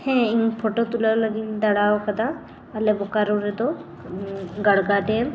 ᱦᱮᱸ ᱤᱧ ᱯᱷᱳᱴᱳ ᱛᱩᱞᱟᱹᱣ ᱞᱟᱹᱜᱤᱫ ᱤᱧ ᱫᱟᱬᱟᱣ ᱠᱟᱫᱟ ᱟᱞᱮ ᱵᱳᱠᱟᱨᱳ ᱨᱮᱫᱚ ᱜᱟᱲᱜᱟ ᱰᱮᱢ